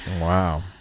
Wow